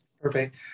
Perfect